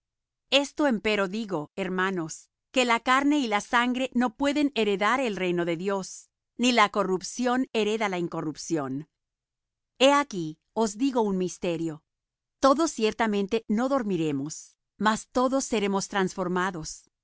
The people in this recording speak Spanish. esto empero digo hermanos que la carne y la sangre no pueden heredar el reino de dios ni la corrupción hereda la incorrupción he aquí os digo un misterio todos ciertamente no dormiremos mas todos seremos transformados